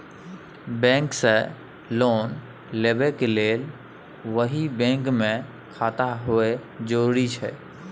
Bank से loan लेबै के लेल वही बैंक मे खाता होय जरुरी छै?